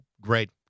Great